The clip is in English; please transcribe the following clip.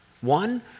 One